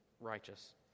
righteous